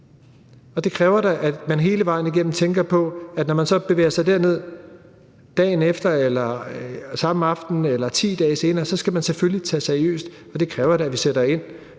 tages seriøst. Man skal hele vejen igennem – det kan være, når man bevæger sig derned dagen efter, samme aften eller 10 dage senere – selvfølgelig tages seriøst, og det kræver da, at vi sætter ind